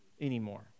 anymore